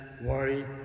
worry